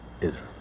Israel